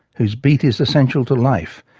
whose beat is essential to life,